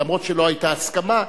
למרות שלא היתה הסכמה,